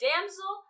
Damsel